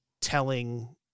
telling